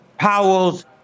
Powell's